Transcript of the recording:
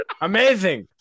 Amazing